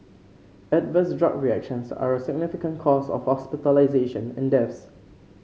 adverse drug reactions are a significant cause of hospitalisations and deaths